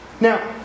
Now